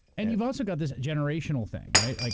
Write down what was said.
and you've also got this generational thing, right? like